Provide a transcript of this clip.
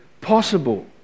possible